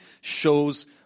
shows